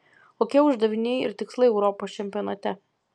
kokie uždaviniai ir tikslai europos čempionate